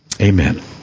Amen